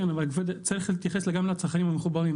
כן, אבל צריך להתייחס גם לצרכנים המחוברים.